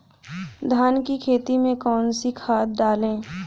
धान की खेती में कौन कौन सी खाद डालें?